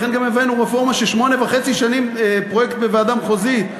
לכן גם הבאנו רפורמה של שמונה וחצי שנים פרויקט בוועדה מחוזית.